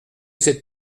cette